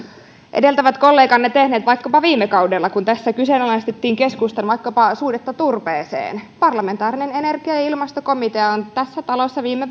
edeltävät kolleganne parlamentissa ovat tehneet vaikkapa viime kaudella kun tässä kyseenalaistettiin keskustan suhdetta turpeeseen parlamentaarinen energia ja ilmastokomitea on tässä talossa viime